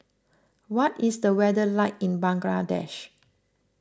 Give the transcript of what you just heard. what is the weather like in Bangladesh